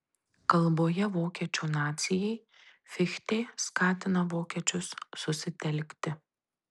kalboje vokiečių nacijai fichtė skatina vokiečius susitelkti